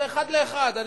זה אחד לאחד.